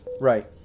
Right